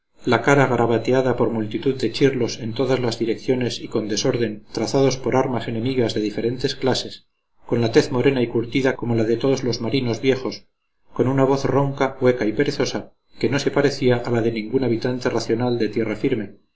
la cara garabateada por multitud de chirlos en todas direcciones y con desorden trazados por armas enemigas de diferentes clases con la tez morena y curtida como la de todos los marinos viejos con una voz ronca hueca y perezosa que no se parecía a la de ningún habitante racional de tierra firme